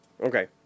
Okay